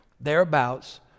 thereabouts